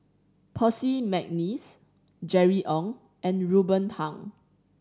Percy McNeice Jerry Ng and Ruben Pang